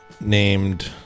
named